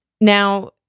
Now